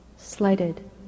Slighted